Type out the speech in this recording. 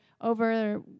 over